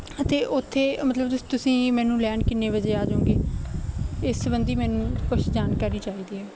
ਅਤੇ ਉੱਥੇ ਮਤਲਬ ਤੁਸ ਤੁਸੀਂ ਮੈਨੂੰ ਲੈਣ ਕਿੰਨੇ ਵਜੇ ਆ ਜਾਓਗੇ ਇਸ ਸਬੰਧੀ ਮੈਨੂੰ ਕੁਛ ਜਾਣਕਾਰੀ ਚਾਹੀਦੀ ਹੈ